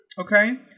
Okay